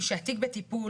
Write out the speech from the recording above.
היא שהתיק בטיפול,